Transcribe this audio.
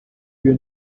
you